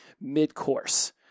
mid-course